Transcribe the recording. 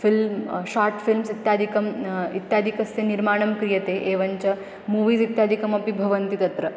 film short films इत्यादिकं इत्यादिकस्य निर्माणं क्रियते एवञ्च मूवीस् इत्यादिकमपि भवन्ति तत्र